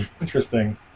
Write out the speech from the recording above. interesting